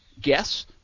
guess